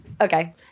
Okay